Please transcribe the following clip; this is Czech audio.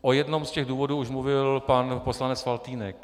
O jednom z důvodů už mluvil pan poslanec Faltýnek.